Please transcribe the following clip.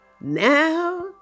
Now